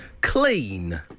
Clean